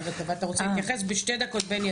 תתייחס בשתי דקות.